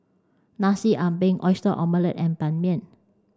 Nasi Ambeng oyster omelette and Ban Mian